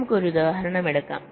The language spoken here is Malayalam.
നമുക്ക് ഒരു ഉദാഹരണം എടുക്കാം